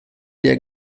der